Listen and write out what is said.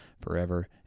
forever